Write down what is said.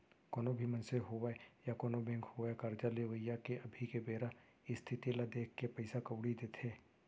कोनो भी मनसे होवय या कोनों बेंक होवय करजा लेवइया के अभी के बेरा इस्थिति ल देखके पइसा कउड़ी देथे